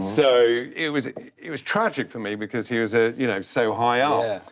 so it was it was tragic for me because he was ah you know so high ah